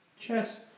Chess